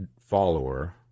follower